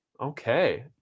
Okay